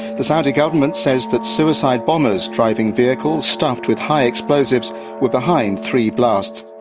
the saudi government says that suicide bombers driving vehicles stuffed with high explosives were behind three blasts.